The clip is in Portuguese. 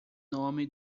nome